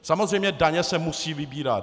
Samozřejmě daně se musí vybírat.